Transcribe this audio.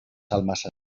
almas